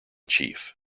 chief